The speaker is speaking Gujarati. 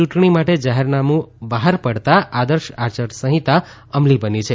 ચૂંટણી માટે જાહેરનામું બહાર પડતાં આદર્શ આયાર સંહિતા અમલી બની છે